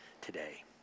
today